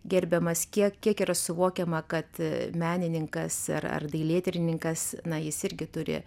gerbiamas kiek kiek yra suvokiama kad menininkas ar ar dailėtyrininkas na jis irgi turi